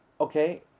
Okay